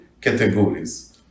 categories